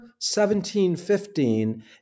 1715